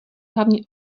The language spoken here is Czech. hlavně